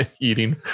eating